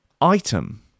item